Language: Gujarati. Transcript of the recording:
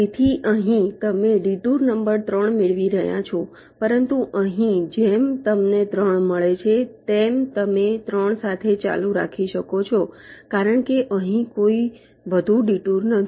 તેથી અહીં તમે ડિટુર નંબર 3 મેળવી રહ્યા છો પરંતુ અહીં જેમ તમને 3 મળે છે તેમ તમે 3 સાથે ચાલુ રાખી શકો છો કારણ કે અહીં કોઈ વધુ ડિટુર નથી